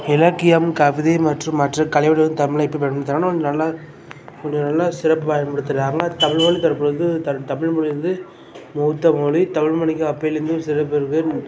இலக்கியம் கவிதை மற்றும் மற்ற கலை உலகத் தமிழை எப்படி பயன்படுத்துறாங்கனால் கொஞ்சம் நல்லா கொஞ்சம் நல்லா சிறப்பு பயன்படுத்துகிறாங்க தமிழ்மொழி தரப்பில் இருந்து த தமிழ்மொழி வந்து மூத்த மொழி தமிழ்மொழிக்கு அப்போலருந்து ஒரு சிறப்பு இருக்குது